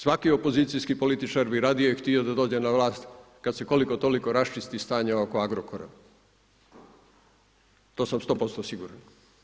Svaki opozicijski političar bi radije htio da dođe na vlast kada se koliko toliko raščisti stanje oko Agrokora, to sam sto posto siguran.